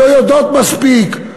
שלא יודעות מספיק?